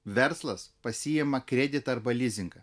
verslas pasiima kreditą arba lizingą